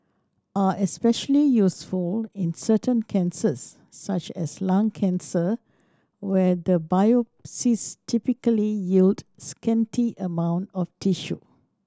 are especially useful in certain cancers such as lung cancer where the biopsies typically yield scanty amount of tissue